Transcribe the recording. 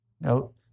No